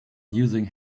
using